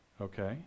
Okay